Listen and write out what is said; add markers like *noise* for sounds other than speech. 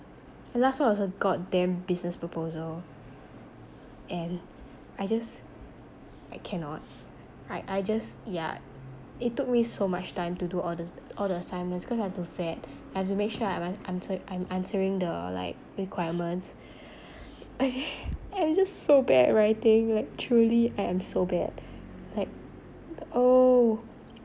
the last one was a goddamn business proposal and I just I cannot like I just yeah it took me so much time to do all the all the assignments cause I have to vet and I have to make sure I'm an~ answe~ I'm answering the like requirements *breath* I'm just so bad at writing like truly I am so bad like oh